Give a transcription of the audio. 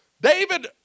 David